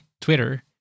Twitter